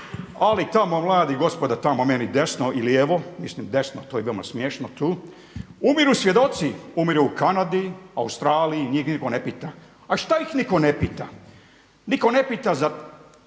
Ali tamo mladi, gospoda tamo meni desno i lijevo, mislim desno to je vama smiješno tu, umiru svjedoci. Umiru u Kanadi, Australiji, njih nitko ne pita. A šta ih nitko ne pita? Nitko ne pita za